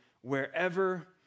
wherever